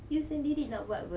you sendiri nak buat [pe]